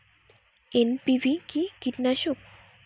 NPV কি কীটনাশক?